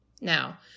Now